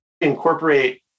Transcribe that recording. incorporate